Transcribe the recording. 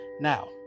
now